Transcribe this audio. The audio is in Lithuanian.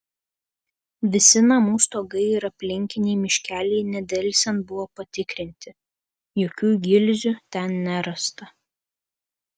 visi namų stogai ir aplinkiniai miškeliai nedelsiant buvo patikrinti jokių gilzių ten nerasta